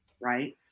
right